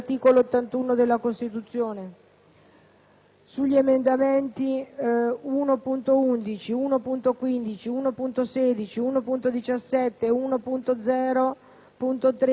sugli emendamenti 1.11, 1.15, 1.16, 1.17, 1.0.3, 2.0.5, 3.2,